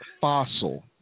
fossil